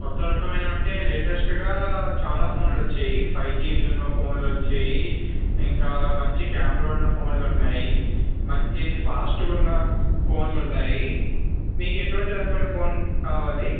కొత్త రకమైనవి అంటే లేటెస్ట్గా చాలా ఫోన్లు వచ్చాయి ఫైవ్ జీ ఉన్న ఫోన్లు వచ్చాయి ఇంకా మంచి కెమెరా ఉన్న ఫోన్లు ఉన్నాయి మంచి పాస్ట్గా ఉన్న ఫోన్లు ఉన్నాయి మీకు ఎటువంటి రకమైన ఫోన్ కావాలి